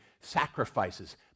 sacrifices